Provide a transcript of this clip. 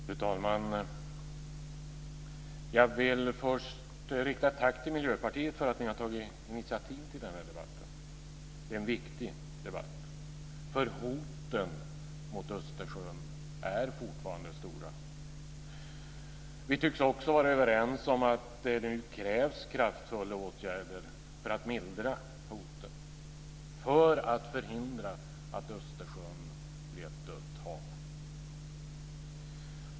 Fru talman! Jag vill först rikta ett tack till Miljöpartiet för att ni har tagit initiativ till debatten. Det är en viktig debatt. Hoten mot Östersjön är fortfarande stora. Vi tycks också vara överens om att det krävs kraftfulla åtgärder för att mildra hoten, för att förhindra att Östersjön blir ett dött hav.